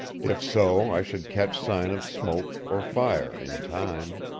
if so i should catch sign of smoke or fire in time.